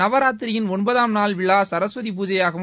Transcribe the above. நவராத்திரியின் ஒன்பதாம் நாள் விழா சரஸ்வதி பூஜையாகவும்